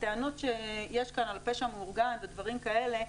הטענות שיש כאן על פשע מאורגן ודברים כאלה,